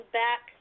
back